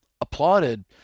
applauded